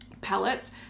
palettes